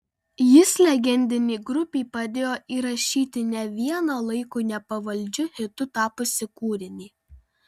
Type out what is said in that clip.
jis legendinei grupei padėjo įrašyti ne vieną laikui nepavaldžiu hitu tapusį kūrinį